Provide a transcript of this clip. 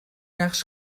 نقش